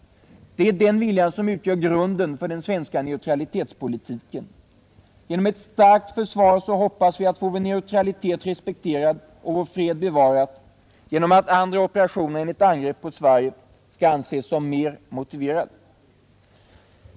Det är den viljan som utgör grunden för den svenska neutralitetspolitiken. Genom ett starkt försvar hoppas vi få vår neutralitet respekterad och vår fred bevarad genom att andra operationer än ett angrepp på Sverige skall anses mer motiverade.